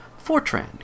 Fortran